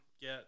get